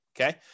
okay